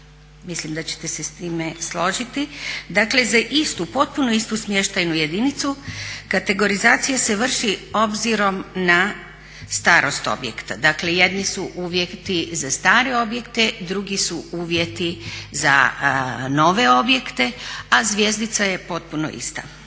Mislim da ćete s time složiti. Dakle za istu, potpuno istu smještajnu jedinicu kategorizacija se vrši obzirom na starost objekta, dakle jedni su uvjeti ti za stare objekte, drugi su uvjeti za nove objekte, a zvjezdica je potpuno ista.